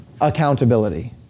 accountability